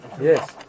Yes